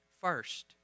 first